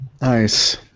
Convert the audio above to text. Nice